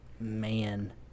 Man